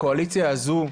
הקואליציה הזו,